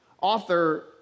Author